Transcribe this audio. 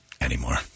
anymore